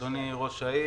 אדוני ראש העיר,